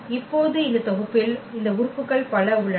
இப்போது இந்த தொகுப்பில் இந்த உறுப்புகள் பல உள்ளன